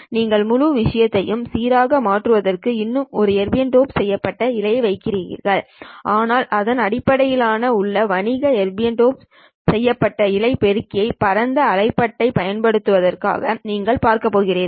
நீங்கள் முழு விஷயத்தையும் சமசீராக மாற்றுவதற்கு இன்னும் ஒரு எர்பியம் டோப் செய்யப்பட்ட இழையை வைக்கிறீர்கள் ஆனால் இதன் அடிப்படையில் உள்ள வணிக எர்பியம் டோப் செய்யப்பட்ட இழை பெருக்கிகள்யை பரந்த அலைபாட்டை பயன்பாட்டிற்கான நீங்கள் பார்க்கப் போகிறீர்கள்